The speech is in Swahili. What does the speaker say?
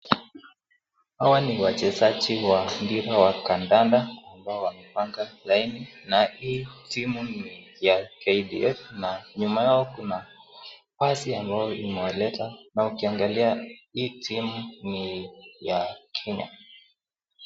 Hawa ni wachezaji wa mpira wa kandanda ambao wamepanga laini na hii timu ni ya KDF na nyuma yao kuna basi ambayo imewaleta na ukiangalia hii timu ni ya Kenya.